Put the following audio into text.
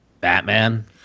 Batman